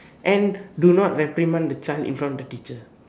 and do not reprimand the child in front of the teacher